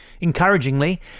Encouragingly